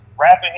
rapping